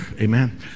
Amen